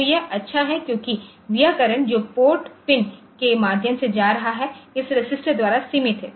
तो यह अच्छा है क्योंकि यह करंट जो पोर्ट पिन के माध्यम से जा रहा है इस रेसिस्टर द्वारा सीमित है